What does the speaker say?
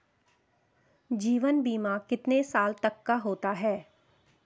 जीवन बीमा कितने साल तक का होता है?